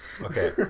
Okay